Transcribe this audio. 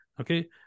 Okay